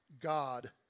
God